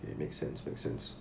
makes sense makes sense